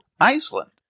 Iceland